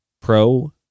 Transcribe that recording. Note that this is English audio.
pro